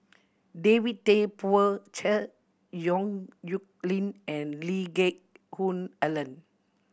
David Tay Poey Cher Yong Nyuk Lin and Lee Geck Hoon Ellen